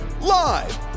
live